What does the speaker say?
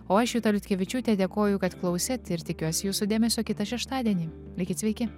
o aš juta liutkevičiūtė dėkoju kad klausėt ir tikiuosi jūsų dėmesio kitą šeštadienį likit sveiki